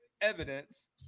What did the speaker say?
evidence